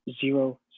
zero